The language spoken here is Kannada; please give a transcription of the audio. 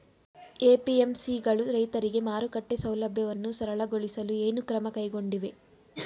ಎ.ಪಿ.ಎಂ.ಸಿ ಗಳು ರೈತರಿಗೆ ಮಾರುಕಟ್ಟೆ ಸೌಲಭ್ಯವನ್ನು ಸರಳಗೊಳಿಸಲು ಏನು ಕ್ರಮ ಕೈಗೊಂಡಿವೆ?